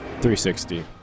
360